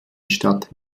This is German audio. stadt